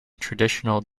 traditional